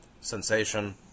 Sensation